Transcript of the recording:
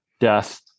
death